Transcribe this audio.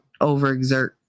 overexert